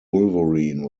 wolverine